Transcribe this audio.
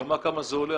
כששמע כמה זה עולה,